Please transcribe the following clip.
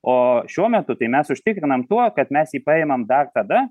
o šiuo metu tai mes užtikrinam tuo kad mes jį paimam dar tada